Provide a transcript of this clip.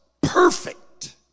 perfect